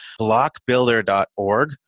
blockbuilder.org